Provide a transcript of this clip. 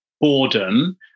boredom